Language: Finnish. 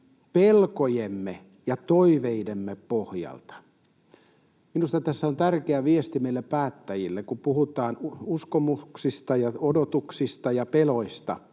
pelkojemme ja toiveidemme pohjalta”. Minusta tässä on tärkeä viesti meille päättäjille: puhutaan uskomuksista ja odotuksista ja peloista.